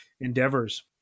endeavors